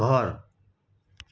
ઘર